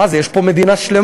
מה זה, יש פה מדינה שלמה.